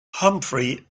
humphrey